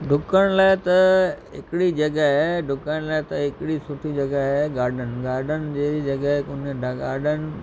डुकण लाइ त हिकड़ी जॻह आहे डुकण लाइ त हिकड़ी सुठी जॻह आहे गार्डन गार्डन जहिड़ी जॻह कोन्हे गार्डन